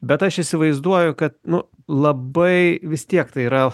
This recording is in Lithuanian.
bet aš įsivaizduoju kad nu labai vis tiek tai yra